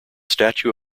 statue